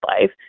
life